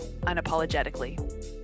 unapologetically